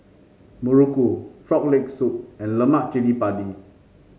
muruku Frog Leg Soup and Lemak Cili Padi